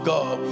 God